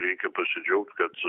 reikia pasidžiaugt kad